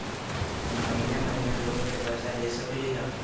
हम महिने महिने लोन के पैसा दे सकली ह?